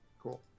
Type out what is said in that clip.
Cool